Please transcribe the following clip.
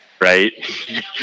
Right